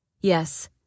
Yes